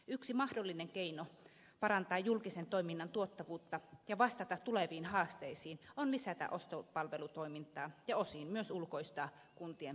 yksi mahdollinen keino parantaa julkisen toiminnan tuottavuutta ja vastata tuleviin haasteisiin on lisätä ostopalvelutoimintaa ja osin myös ulkoistaa kuntien palvelutuotantoa